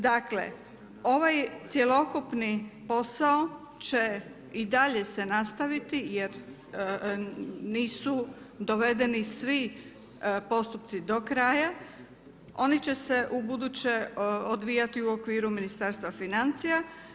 Dakle, ovaj cjelokupni posao će i dalje se nastaviti jer nisu dovedeni svi postupci do kraja, oni će se ubuduće odvijati u okviru Ministarstva financija.